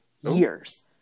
years